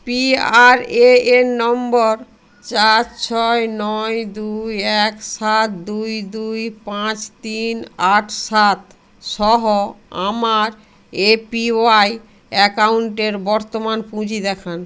PRAN number চার ছয় নয় দুই এক সাত দুই দুই পাঁচ তিন আট সাত সহ আমার এপিওয়াই অ্যাকাউন্টের বর্তমান পুঁজি দেখান